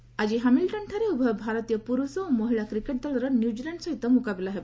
ଳିକେଟ ଆକ୍ଟି ହାମିନଟନ୍ଠାରେ ଉଭୟ ଭାରତୀୟ ପୁରୁଷ ଓ ମହିଳା କ୍ରିକେଟ ଦଳର ନ୍ୟୁଜିଲାଣ୍ଡ ସହିତ ମୁକାବିଲା ହେବ